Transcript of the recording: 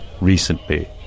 recently